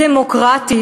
דמוקרטית,